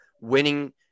winning